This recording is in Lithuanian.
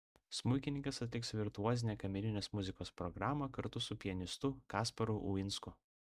smuikininkas atliks virtuozinę kamerinės muzikos programą kartu su pianistu kasparu uinsku